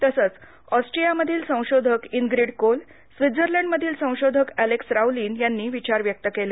तसेच ऑस्ट्रियामधील संशोधक इनग्रीड कोल स्वीत्झरलँड मधील संशोधक एलेक्स राऊर्लीन यांनी विचार व्यक्त केले